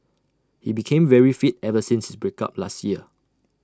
he became very fit ever since break up last year